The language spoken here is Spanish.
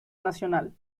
nacional